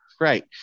Right